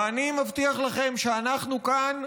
ואני מבטיח לכם שאנחנו כאן,